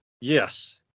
Yes